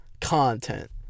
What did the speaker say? content